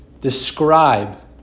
describe